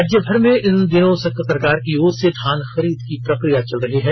राज्यभर में इन दिनों सरकार की ओर से धान खरीद की प्रक्रिया चल रही है